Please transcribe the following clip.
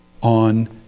on